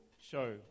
show